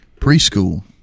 preschool